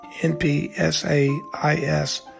NPSAIS